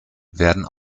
werden